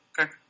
Okay